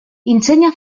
insegna